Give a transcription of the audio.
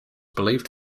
believed